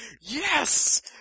yes